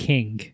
King